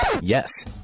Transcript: Yes